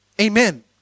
Amen